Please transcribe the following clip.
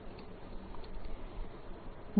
0Ka20K K